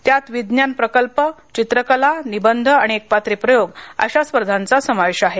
त्यात विज्ञान प्रकल्प चित्रकला निबंध आणि एकपात्री प्रयोग अशा स्पर्धांचा समावेश आहे